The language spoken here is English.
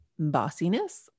bossiness